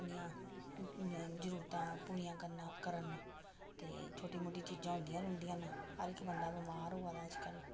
अपनियां जरूरतां पूरियां करना करन ते छोटी मोटी चीजां होंदियां रौंह्दियां न हर इक बंदा बमार होआ दा अज्जकल